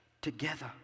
together